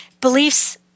beliefs